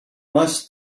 must